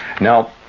Now